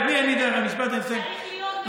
רגע, רגע, משפט ואני מסיים.